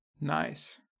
Nice